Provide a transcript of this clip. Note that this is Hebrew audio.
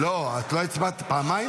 להלן תוצאות ההצבעה: 56 בעד,